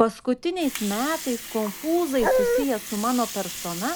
paskutiniais metais konfūzai susiję su mano persona